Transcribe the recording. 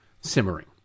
simmering